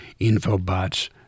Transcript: Infobots